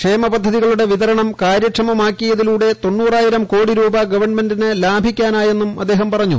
ക്ഷേമപദ്ധതികളുടെ വിതരണം കാര്യക്ഷമമാക്കിയതിലൂടെ തൊണ്ണൂറായിരം കോടി രൂപ ഗവൺമെന്റിന് ലാഭിക്കാൻ ആയെന്നും അദ്ദേഹം പറഞ്ഞു